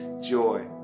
joy